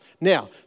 Now